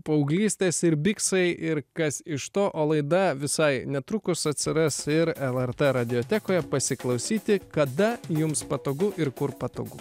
paauglystės ir biksai ir kas iš to laida visai netrukus atsiras ir lrt radiotekoje pasiklausyti kada jums patogu ir kur patogu